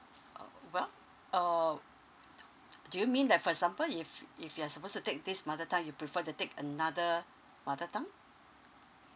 uh well err d~ do you mean like for example if if you're suppose to take this mother tongue you prefer to take another mother tongue